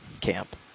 camp